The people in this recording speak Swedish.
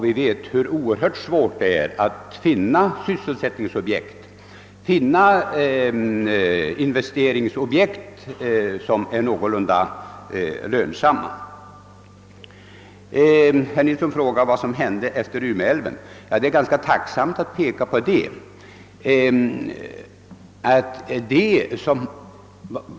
Vi vet hur oerhört svårt det är att finna sysselsättningsobjekt och investeringsobjekt som är någorlunda lönsamma. Herr Nilsson frågade vad som hände efter Umeälvens utbyggnad. Det är ganska tacksamt att peka på det.